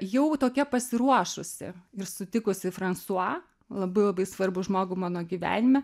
jau tokia pasiruošusi ir sutikusi fransua labai labai svarbų žmogų mano gyvenime